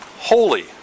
holy